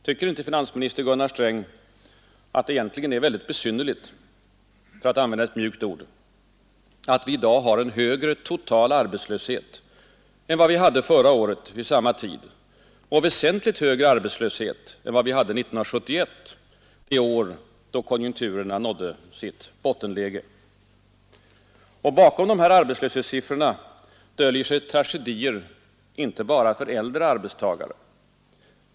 Tycker inte finansministern att det är besynnerligt för att använda ett mjukt ord — att vi i dag har en högre total arbetslöshet än vad vi hade slöshet än vad vi hade förra året vid samma tid och väsentligt högre arbe 1971, det år då konjunkturerna nådde sitt bottenläge? Bakom arbetslöshetssiffrorna döljer sig tragedier inte bara för äldre arbetstagare.